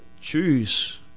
choose